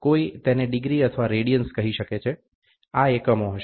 કોઈ તેને ડિગ્રી અથવા રેડિયન્સ કહી શકે છે આ એકમો હશે